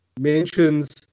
mentions